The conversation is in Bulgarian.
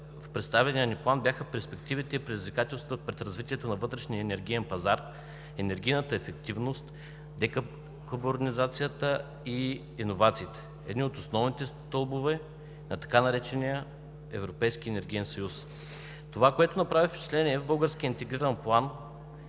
в представения ни план, бяха перспективите, предизвикателствата пред развитието на вътрешния енергиен пазар, енергийната ефективност, декарбонизацията и иновациите – едни от основните стълбове на така наречения Европейски енергиен съюз. Това, което направи впечатление в Българския енергиен план,